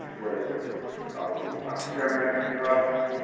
whether it was a feminist thrust,